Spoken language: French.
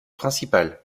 principale